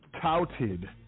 touted